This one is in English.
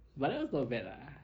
but that was not bad lah !huh!